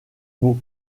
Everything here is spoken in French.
mot